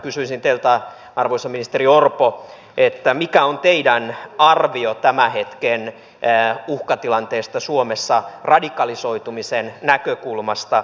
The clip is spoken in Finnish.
kysyisin teiltä arvoisa ministeri orpo mikä on teidän arvionne tämän hetken uhkatilanteesta suomessa radikalisoitumisen näkökulmasta